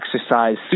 exercise